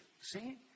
See